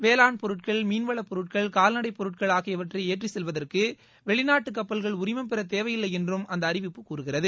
வேளாண் பொருட்கள் மீன்வளப் பொருட்கள் கால்நடைப் பொருட்கள் ஆகியவற்றை ஏற்றிச் செல்வதற்கு வெளிநாட்டு கப்பல்கள் உரிமம் பெற தேவையில்லை என்றும் அந்த அறிவிப்பு கூறுகிறது